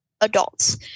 adults